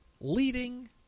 Leading